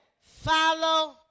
Follow